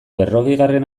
berrogeigarren